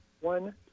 one